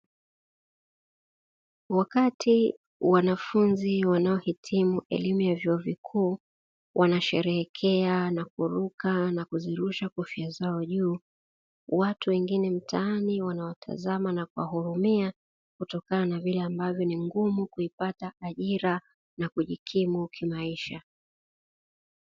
Wakati wanafunzi wanaohitimu elimu ya vyuo vikuu wanasherehekea na kuruka na kuzirusha kofia zao juu, watu wengine mtaani wanawatazama na kuwahurumia kutokana na vile ambavyo ni ngumu kuipata ajira na kujikimu kimaisha.